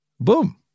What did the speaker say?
Boom